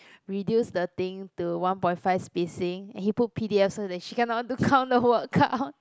reduce the thing to one point five spacing and he put P_D_F so that she cannot do the word count